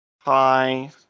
hi